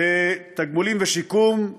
בתגמולים ושיקום,